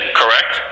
correct